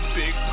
big